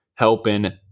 helping